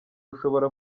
ushobora